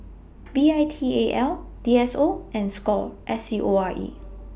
V I T A L D S O and SCORE S C O R E